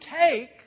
take